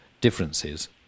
differences